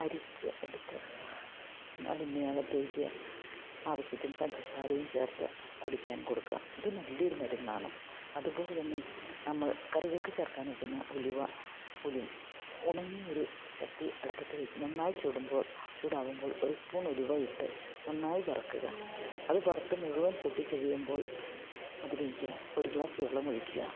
അരിച്ച് എടുത്ത് അതിന് അകത്തേക്ക് ആവശ്യത്തിന് പഞ്ചസാരയും ചേർത്ത് കുടിക്കാൻ കൊടുക്കുക ഇത് നല്ല ഒരു മരുന്നാണ് അതുപോലെ തന്നെ നമ്മൾ കറികൾക്ക് ചേർക്കാൻ എടുക്കുന്ന ഉലുവ ഉണങ്ങിയ ഒരു ചട്ടി അടുപ്പത്ത് വെച്ച് നന്നായി ചുടുമ്പോൾ ചൂടാകുമ്പോൾ ഒരു സ്പൂൺ ഉലുവയിട്ട് നന്നായി വറക്കുക അത് വറുത്ത് മുഴുവൻ പൊട്ടി കഴിയുമ്പോൾ അതിലേക്ക് ഒരു ഗ്ലാസ് വെള്ളം ഒഴിക്കുക